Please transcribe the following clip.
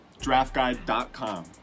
draftguide.com